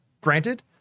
granted